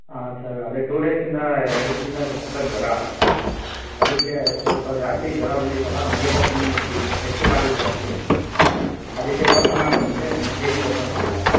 ಹಾಂ ಸರ್ ಅದೇ ಟು ಡೇಸಿಂದ ಎರಡು ದಿವಸದಿಂದ ಸ ಸಖತ್ತು ಜ್ವರ ಅದಕ್ಕೆ ಸ್ವಲ್ಪ ಜಾಸ್ತಿ ಜ್ವರ ಬಂದಿತ್ತಲ್ಲ ಮೈಯೆಲ್ಲ ಸುಮ್ ಬೆಚ್ ಬೆಚ್ಚಗಾಗಿದ್ದು ಜಾಸ್ತಿ ಅದಕ್ಕೆ ತೋರಿಸೋಣ ಅಂತ ಬಂದೆ ನೆನ್ನೆ ಕ್ಲಿನಿಕ್ ಓಪನ್ ಇರಲಿಲ್ಲ